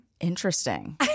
Interesting